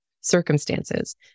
circumstances